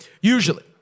Usually